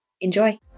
Enjoy